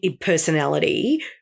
personality